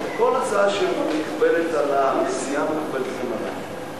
כל הצעה שמקובלת על המציעה מקובלת עלי.